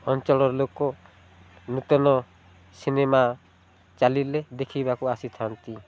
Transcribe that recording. ଅଞ୍ଚଳର ଲୋକ ନୂତନ ସିନେମା ଚାଲିଲେ ଦେଖିବାକୁ ଆସିଥାନ୍ତି